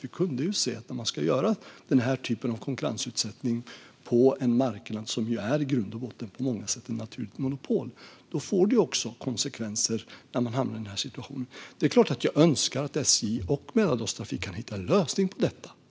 Vi kunde se att när man gör den typen av konkurrensutsättning på en marknad som i grund och botten är ett naturligt monopol på många sätt får det konsekvenser när man hamnar i en sådan här situation. Det är klart att jag önskar att SJ och Mälardalstrafik kan hitta en lösning på detta.